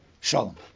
Shalom